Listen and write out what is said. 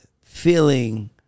feeling